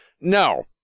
no